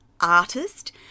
artist